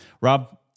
Rob